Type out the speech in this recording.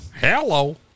Hello